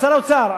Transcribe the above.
שר האוצר,